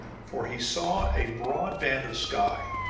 for he saw a broad band of sky,